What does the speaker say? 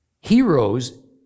Heroes